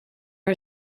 are